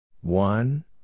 One